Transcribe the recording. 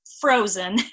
frozen